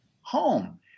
home